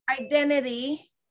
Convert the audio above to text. identity